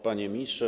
Panie Ministrze!